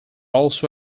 also